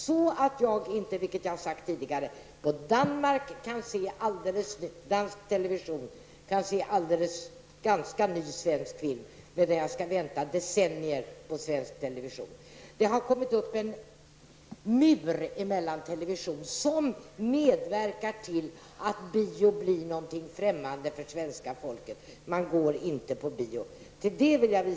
På dansk television kan man se ganska nya svenska filmer, medan man måste vänta i decennier för att få se dessa filmer på svensk television. Det har rests en mur kring televisionen, som medverkar till att bio blir någonting främmande för svenska folket. Man går inte på bio.